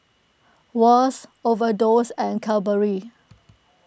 Wall's Overdose and Cadbury